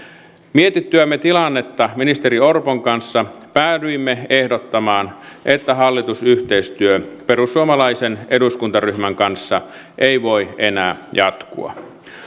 mietittyämme tilannetta ministeri orpon kanssa päädyimme ehdottamaan että hallitusyhteistyö perussuomalaisen eduskuntaryhmän kanssa ei voi enää jatkua